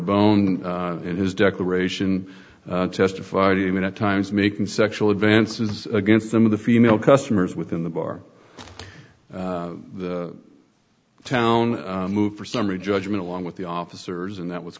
bone in his declaration testified even at times making sexual advances against some of the female customers within the bar the town moved for summary judgment along with the officers and that was